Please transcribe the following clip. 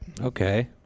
Okay